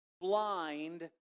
blind